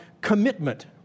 commitment